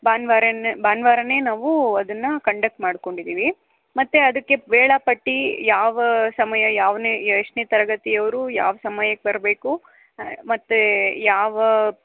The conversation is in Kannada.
ಭಾನುವಾರನೆ ಭಾನುವಾರನೇ ನಾವು ಅದನ್ನ ಕಂಡಕ್ಟ್ ಮಾಡಿಕೊಂಡಿದೀವಿ ಮತ್ತು ಅದಕ್ಕೆ ವೇಳಾಪಟ್ಟಿ ಯಾವ ಸಮಯ ಯಾವನೇ ಎಷ್ಟನೇ ತರಗತಿಯವ್ರು ಯಾವ ಸಮಯಕ್ಕೆ ಬರಬೇಕು ಮತ್ತು ಯಾವ